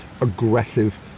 aggressive